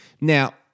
Now